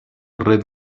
red